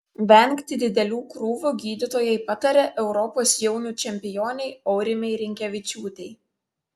vengti didelių krūvių gydytojai patarė europos jaunių čempionei aurimei rinkevičiūtei